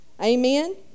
Amen